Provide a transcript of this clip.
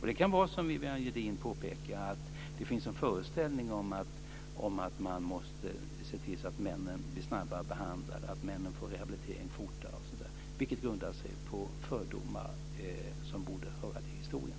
Det kan vara så som Viviann Gerdin påpekar att det finns en föreställning om att man måste se till att männen blir snabbare behandlade, får rehabilitering fortare osv., vilket grundar sig på fördomar som borde höra till historien.